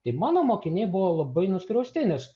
tai mano mokiniai buvo labai nuskriausti nes